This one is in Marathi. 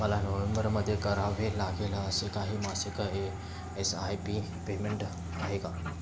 मला नोव्हेंबरमध्ये करावे लागेल असे काही मासिक A S I P payment आहे का